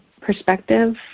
perspective